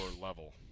level